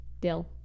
Dill